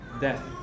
death